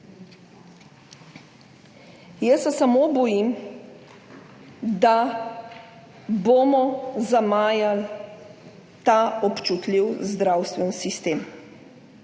Jaz se samo bojim, da bomo zamajali ta občutljiv zdravstveni sistem,